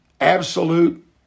absolute